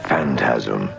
Phantasm